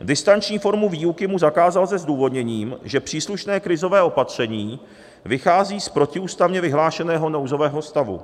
Distanční formu výuky mu zakázal se zdůvodněním, že příslušné krizové opatření vychází z protiústavně vyhlášeného nouzového stavu.